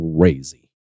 crazy